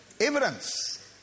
Evidence